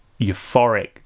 euphoric